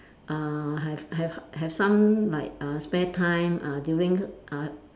uh have have have some like uh spare time uh during uh